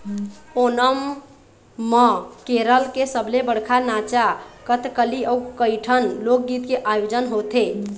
ओणम म केरल के सबले बड़का नाचा कथकली अउ कइठन लोकगीत के आयोजन होथे